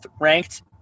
ranked